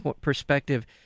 perspective